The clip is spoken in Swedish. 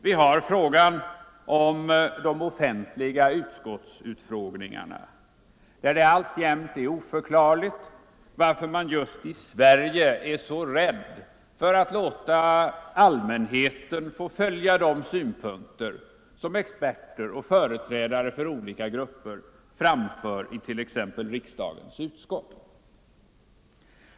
Vi har frågan om de offentliga utskottsutfrågningarna, där det alltjämt är oförklarligt varför man just i Sverige är så rädd för att låta allmänheten få följa de synpunkter som experter och företrädare för olika grupper framför i t.ex. riksdagens utskott.